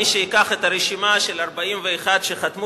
מי שייקח את הרשימה של ה-41 שחתמו